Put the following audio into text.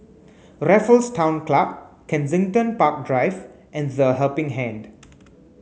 Raffles Town Club Kensington Park Drive and The Helping Hand